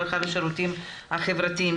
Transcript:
הרווחה והשירותים החברתיים.